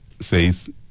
says